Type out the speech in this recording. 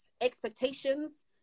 expectations